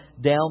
down